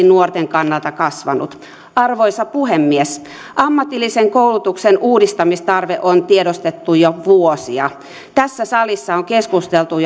nuorten kannalta kasvanut arvoisa puhemies ammatillisen koulutuksen uudistamistarve on tiedostettu jo vuosia tässä salissa on keskusteltu